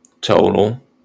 total